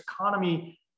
economy